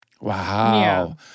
Wow